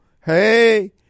Hey